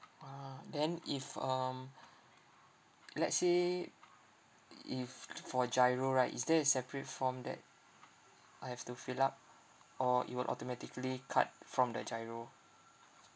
ah then if um let's say if for GIRO right is there a separate form that I have to fill up or it will automatically cut from the GIRO